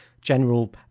general